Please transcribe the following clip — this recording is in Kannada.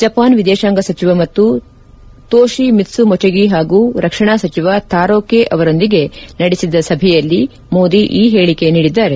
ಜಪಾನ್ ವಿದೇಶಾಂಗ ಸಚಿವ ತೋಶಿ ಮಿತ್ಸು ಮೊಟೆಗಿ ಹಾಗೂ ರಕ್ಷಣಾ ಸಜಿವ ತಾರೊ ಕೆ ಅವರೊಂದಿಗೆ ನಡೆಸಿದ ಸಭೆಯಲ್ಲಿ ಮೋದಿ ಈ ಹೇಳಿಕೆ ನೀಡಿದ್ದಾರೆ